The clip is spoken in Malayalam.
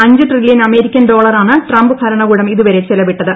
അഞ്ച് ട്രില്യൺ അമേരിക്കൻ ഡോളറാണ് ട്രംപ് ഭരണകൂടം ഇതുവരെ ചെലവിട്ടത്